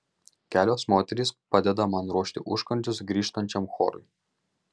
kelios moterys padeda man ruošti užkandžius grįžtančiam chorui